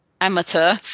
amateur